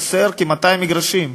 חסרים כ-200 מגרשים.